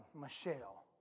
Michelle